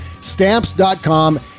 Stamps.com